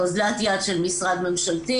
אזלת יד של משרד ממשלתי.